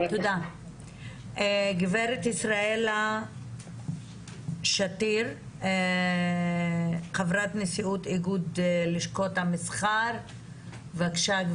גברת ישראל שטיר, חברת נשיאות לשכות המסחר, בבקשה.